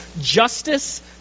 Justice